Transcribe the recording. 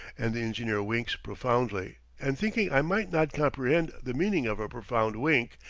and the engineer winks profoundly, and thinking i might not comprehend the meaning of a profound wink,